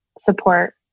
support